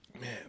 Man